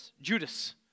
Judas